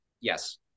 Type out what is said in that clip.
Yes